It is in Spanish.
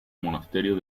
monasterio